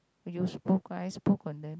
you should on them